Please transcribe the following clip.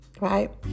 Right